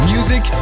Music